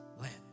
land